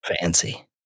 fancy